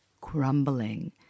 crumbling